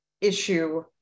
issue